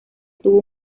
tuvo